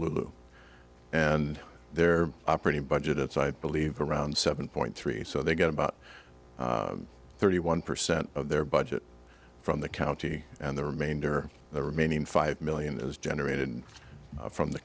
loop and they're operating budgets i believe around seven point three so they get about thirty one percent of their budget from the county and the remainder the remaining five million is generated from the